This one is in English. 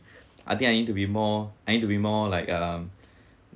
I think I need to be more I need to be more like um